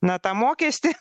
na tą mokestį